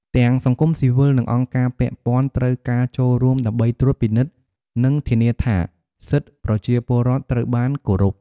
ទាំងសង្គមស៊ីវិល និងអង្គការពាក់ព័ន្ធ ត្រូវការចូលរួមដើម្បីត្រួតពិនិត្យនិងធានាថាសិទ្ធិប្រជាពលរដ្ឋត្រូវបានគោរព។